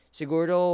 siguro